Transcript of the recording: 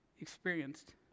experienced